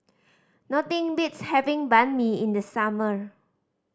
nothing beats having Banh Mi in the summer